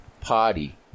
party